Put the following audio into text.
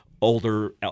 older